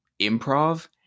improv